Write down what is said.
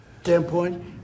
standpoint